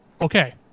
okay